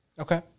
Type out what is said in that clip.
Okay